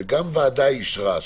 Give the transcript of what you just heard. וגם ועדה אישרה,